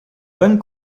bonne